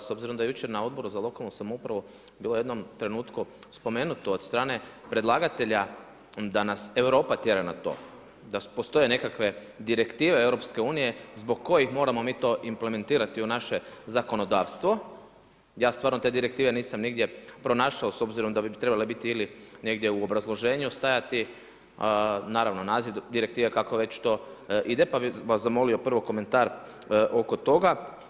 S obzirom da je jučer na Odboru za lokalnu samoupravu bilo u jednom trenutku spomenuto od strane predlagatelja da nas Europa tjera na to, da postoje nekakve direktive EU-a zbog kojih moramo mi to implementirati u naše zakonodavstvo, ja stvarno nisam te direktive nisam nigdje pronašao s obzirom da bi trebale biti ili negdje u obrazloženju stajati naravno naziv direktive kako već to ide, pa bi vas zamolio prvo komentar oko toga.